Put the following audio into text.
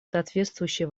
соответствующие